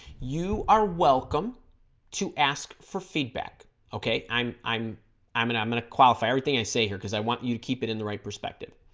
you are welcome to ask for feedback okay i'm i'm i'm and i'm gonna qualify everything i say here because i want you keep it in the right perspective